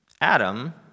Adam